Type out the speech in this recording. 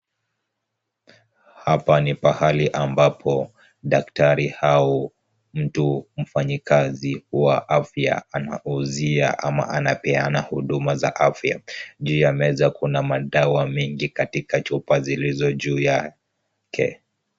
Hapa ni pahali ambapo daktari au mtu mfanyikazi wa afya anauzia ama anapeana huduma za afya. Juu ya meza kuna madawa mengi katika chupa zilizo juu yake.